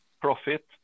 profit